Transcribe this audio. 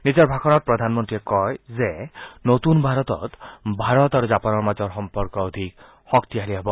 নিজৰ ভাষণত প্ৰধানমন্ত্ৰীয়ে কয় যে নতুন ভাৰতত ভাৰত আৰু জাপানৰ মাজৰ সম্পৰ্ক অধিক শক্তিশালী হ'ব